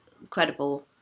incredible